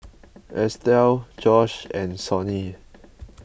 Estell Josh and Sonny